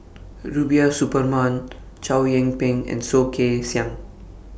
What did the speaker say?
Rubiah Suparman Chow Yian Ping and Soh Kay Siang